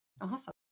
Awesome